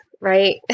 right